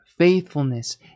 faithfulness